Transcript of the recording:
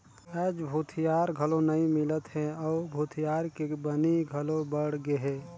आयज भूथिहार घलो नइ मिलत हे अउ भूथिहार के बनी घलो बड़ गेहे